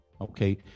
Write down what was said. okay